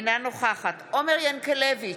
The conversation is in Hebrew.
אינה נוכחת עומר ינקלביץ'